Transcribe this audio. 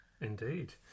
Indeed